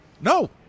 No